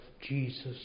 Jesus